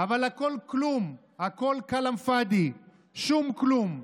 אבל הכול כלום, הכול כלאם פאדי, שום כלום.